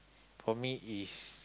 for me is